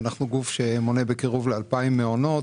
אנחנו גוף שמונה קרוב ל-2,000 מעונות,